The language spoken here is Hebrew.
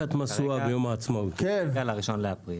ל-1 באפריל.